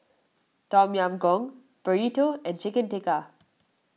Tom Yam Goong Burrito and Chicken Tikka